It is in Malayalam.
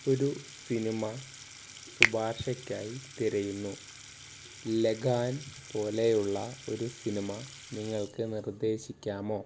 ഒരു സിനിമ ശുപാർശക്കായി തിരയുന്നു ലഗാൻ പോലെയുള്ള ഒരു സിനിമ നിങ്ങൾക്ക് നിർദേശിക്കാമോ